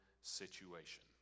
situation